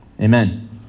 Amen